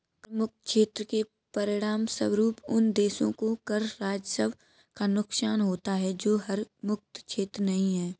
कर मुक्त क्षेत्र के परिणामस्वरूप उन देशों को कर राजस्व का नुकसान होता है जो कर मुक्त क्षेत्र नहीं हैं